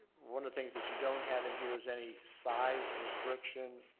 one of the things that you don't have in here is any size restriction,